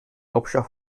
hauptstadt